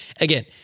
again